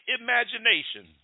imagination